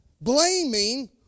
blaming